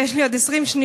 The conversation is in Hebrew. ויש לי עוד 20 שניות,